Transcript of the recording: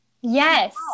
yes